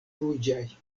ruĝaj